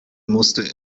musste